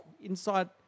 inside